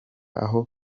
aho